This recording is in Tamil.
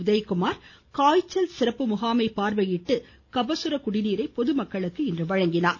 உதயகுமார் காய்ச்சல் சிறப்பு முகாமை பார்வையிட்டு கபசுர குடிநீரை பொதுமக்களுக்கு இன்று வழங்கினார்